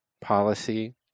policy